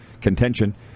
contention